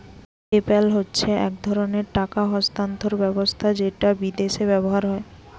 PayPal হচ্ছে এক ধরণের টাকা স্থানান্তর ব্যবস্থা যেটা বিদেশে ব্যবহার হয়